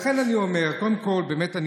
לכן אני אומר,